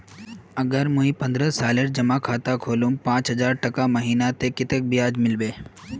अगर मुई पन्द्रोह सालेर जमा खाता खोलूम पाँच हजारटका महीना ते कतेक ब्याज मिलबे?